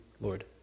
Lord